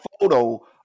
photo